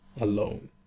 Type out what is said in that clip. alone